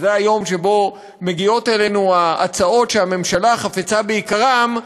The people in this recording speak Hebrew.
שזה היום שבו מגיעות אלינו ההצעות שהממשלה חפצה ביקרן,